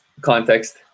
context